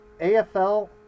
afl